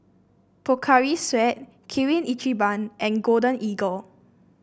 Pocari Sweat Kirin Ichiban and Golden Eagle